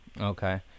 Okay